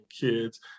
kids